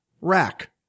Rack